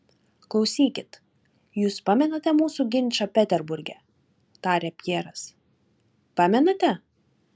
klausykit jus pamenate mūsų ginčą peterburge tarė pjeras pamenate